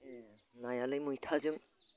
नायालाय मैथाजों